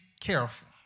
careful